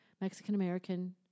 Mexican-American